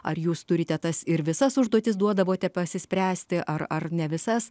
ar jūs turite tas ir visas užduotis duodavote pasispręsti ar ar ne visas